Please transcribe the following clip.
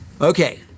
Okay